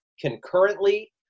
concurrently